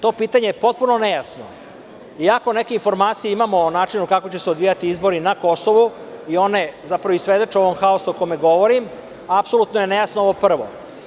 To pitanje je potpuno nejasno, iako neke informacije imamo o načinu kako će se odvijati izbori na Kosovu i one zapravo svedoče o ovom haosu o kome govorim, apsolutno je nejasno ovo prvo.